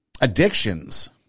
addictions